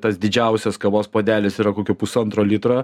tas didžiausias kavos puodelis yra kokių pusantro litro